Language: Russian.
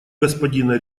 господина